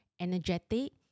energetic